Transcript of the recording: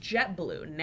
JetBlue